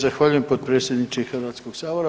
Zahvaljujem potpredsjedniče Hrvatskog sabora.